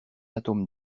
atome